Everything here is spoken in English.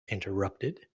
interrupted